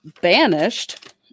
banished